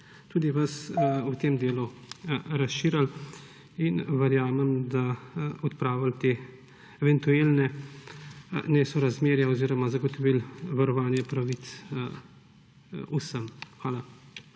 tudi vas, v tem delu razširili in verjamem, da odpravili eventualna nesorazmerja oziroma zagotovili varovanje pravic vsem. Hvala.